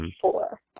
four